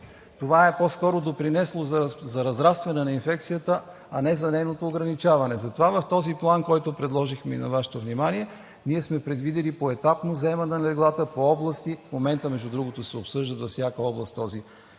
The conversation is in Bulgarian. Това е по-скоро допринесло за разрастване на инфекцията, а не за нейното ограничаване. Затова в този план, който предложихме и на Вашето внимание, ние сме предвидили поетапно заемане на леглата по области. В момента се обсъжда във всяка област този план